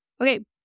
Okay